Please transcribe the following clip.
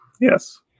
Yes